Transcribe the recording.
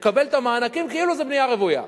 תקבל את המענקים כאילו זה בנייה רוויה.